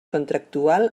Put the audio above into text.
contractual